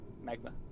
Magma